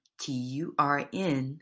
turn